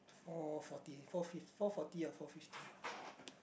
four forty four forty or four fifty